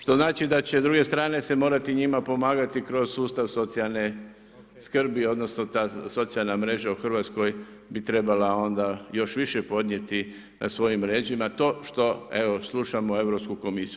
Što znači da će, s druge strane se morati njima pomagati kroz sustav socijalne skrbi, odnosno ta socijalna mreža u RH bi trebala onda još više podnijeti na svojim leđima to što evo, slušamo Europsku komisiju.